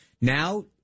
now